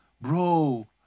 Bro